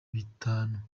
bitanu